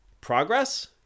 progress